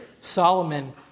Solomon